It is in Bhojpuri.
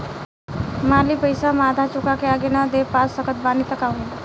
मान ली पईसा हम आधा चुका के आगे न दे पा सकत बानी त का होई?